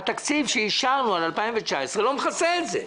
התקציב שאישרנו על 2019 לא מכסה את זה,